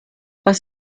was